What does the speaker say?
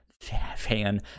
fan